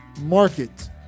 Market